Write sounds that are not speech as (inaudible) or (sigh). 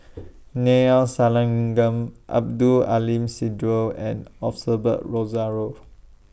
(noise) Neila Sathyalingam Abdul Aleem Siddique and Osbert Rozario